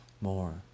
more